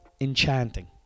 enchanting